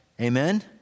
Amen